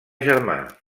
germà